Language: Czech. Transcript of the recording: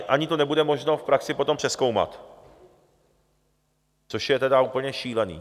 ani to nebude možné v praxi potom přezkoumat, což je tedy úplně šílené.